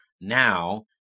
Now